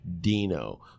Dino